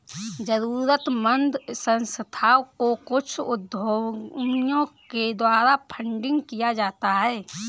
जरूरतमन्द संस्थाओं को कुछ उद्यमियों के द्वारा फंडिंग किया जाता है